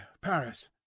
Paris